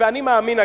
ואני מאמין,